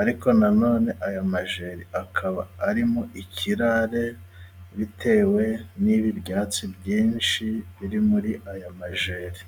ariko na none ayo majeri akaba arimo ikirare bitewe n'ibi byatsi byinshi biri muri aya majeri.